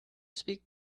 speak